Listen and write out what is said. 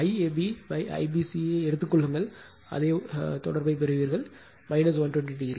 IAP IPC எடுத்துக் கொள்ளுங்கள் அதே உறவைப் பெறுவீர்கள் 120o